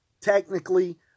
technically